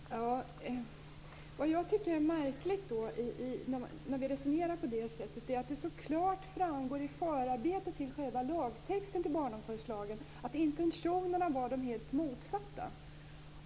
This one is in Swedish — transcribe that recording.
Herr talman! Vad jag tycker är märkligt är att det så klart framgår av förarbetena till barnomsorgslagen att intentionerna var de helt motsatta.